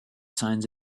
signs